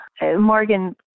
Morgan